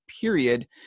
period